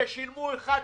ששילמו 1.85%,